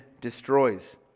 destroys